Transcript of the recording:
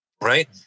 Right